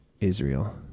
Israel